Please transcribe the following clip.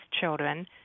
children